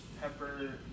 pepper